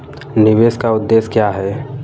निवेश का उद्देश्य क्या है?